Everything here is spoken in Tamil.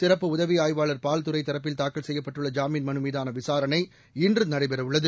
சிறப்பு உதவி ஆய்வாளர் பால்துரை தரப்பில் தாக்கல் செய்யப்பட்டுள்ள ஜாமீன் மனுமீதான விசாரணை இன்று நடைபெறவுள்ளது